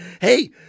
Hey